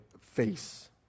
face